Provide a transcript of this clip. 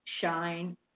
shine